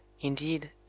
Indeed